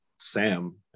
sam